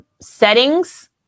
settings